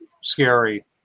scary